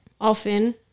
often